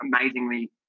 amazingly